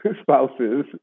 spouses